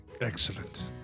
Excellent